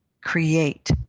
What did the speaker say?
create